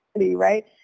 right